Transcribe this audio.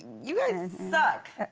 you guys suck!